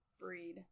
breed